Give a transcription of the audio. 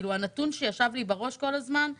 הנתון שישב לי בראש כל הזמן היה